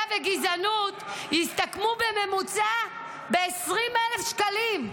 וגזענות יסתכמו בממוצע ב-20,000 שקלים.